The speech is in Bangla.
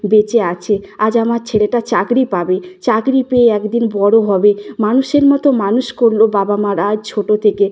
বেঁচে আছে আজ আমার ছেলেটা চাকরি পাবে চাকরি পেয়ে এক দিন বড় হবে মানুষের মতো মানুষ করল বাবা মারা আজ ছোটো থেকে